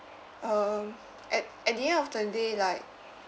um at at the end of the day like